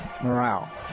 morale